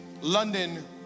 London